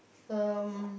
um